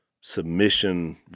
submission